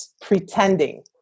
pretending